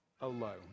alone